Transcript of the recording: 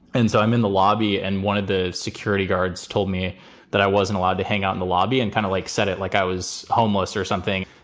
and so i'm in the lobby and one of the security guards told me that i wasn't allowed to hang out in the lobby and kind of like set it like i was homeless or something.